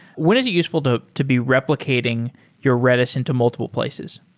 when is it useful to to be replicating your redis into multiple places?